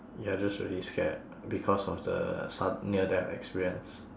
you're just really scared because of the sud~ near death experience